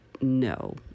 no